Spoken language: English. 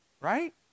Right